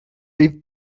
leave